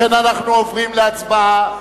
לכן אנחנו עוברים להצבעה.